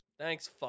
thanks